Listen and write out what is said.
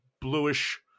bluish